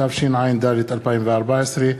התשע"ד 2014,